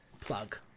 Plug